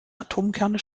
atomkerne